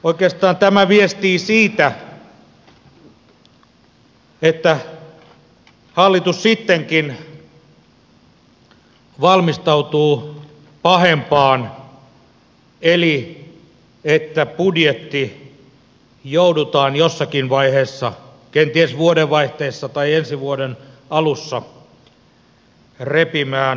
oikeastaan tämä viestii siitä että hallitus sittenkin valmistautuu pahempaan eli että budjetti joudutaan jossakin vaiheessa kenties vuodenvaihteessa tai ensi vuoden alussa repimään auki